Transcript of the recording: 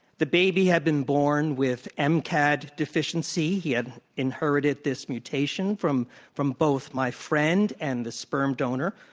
the baby had been born with ah mcad deficiency he had inherited this mutation from from both my friend and the sperm donor